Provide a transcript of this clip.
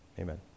Amen